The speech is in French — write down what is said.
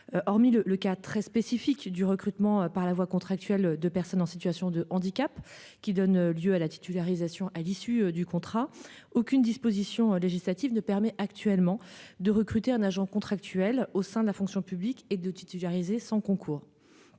Hormis le le cas très spécifiques du recrutement par la voie contractuelle de personnes en situation de handicap qui donne lieu à la titularisation à l'issue du contrat aucune disposition législative ne permet actuellement de recruter un agent contractuel au sein de la fonction publique et de titularisés sans concours.